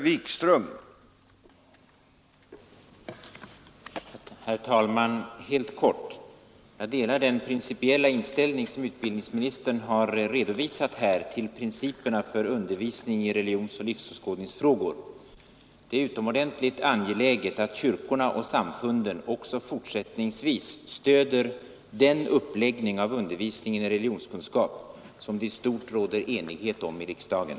Herr talman! Helt kort: Jag delar den principiella inställning som utbildningsministern har redovisat till principerna för undervisning i religionsoch livsåskådningsfrågor. Det är utomordentligt angeläget att kyrkorna och samfunden också fortsättningsvis stöder den uppläggning av undervisningen i religionskunskap som det i stort råder enighet om i riksdagen.